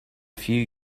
few